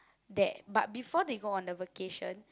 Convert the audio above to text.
there but before they go on the vacation